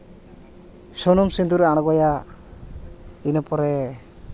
ᱥᱩᱱᱩᱢ ᱥᱤᱸᱫᱩᱨᱮ ᱟᱬᱜᱚᱭᱟ ᱤᱱᱟᱹ ᱯᱚᱨᱮ